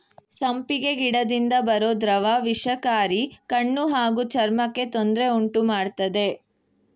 ಸಂಪಿಗೆ ಗಿಡದಿಂದ ಬರೋ ದ್ರವ ವಿಷಕಾರಿ ಕಣ್ಣು ಹಾಗೂ ಚರ್ಮಕ್ಕೆ ತೊಂದ್ರೆ ಉಂಟುಮಾಡ್ತದೆ